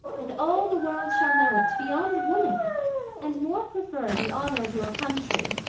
and all the world shall know it, beyond woman and more prefer the honor of your countrey,